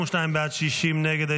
52 בעד, 60 נגד.